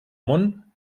món